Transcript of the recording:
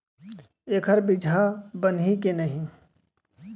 एखर बीजहा बनही के नहीं?